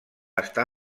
està